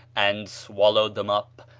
and swallowed them up,